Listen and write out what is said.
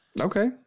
Okay